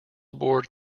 aboard